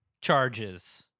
charges